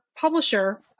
publisher